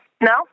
No